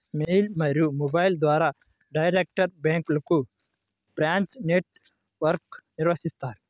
mail మరియు మొబైల్ల ద్వారా డైరెక్ట్ బ్యాంక్లకు బ్రాంచ్ నెట్ వర్క్ను నిర్వహిత్తారు